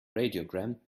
radiogram